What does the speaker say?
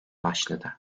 başladı